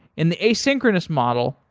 in the asynchronous model,